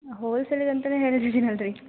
ಹೋಲ್ಸೆಲ್ಲಿಗೆ ಅಂತಾನೇ ಹೇಳಿದ್ದೀನಿ ಅಲ್ಲರಿ